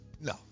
No